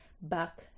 back